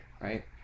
right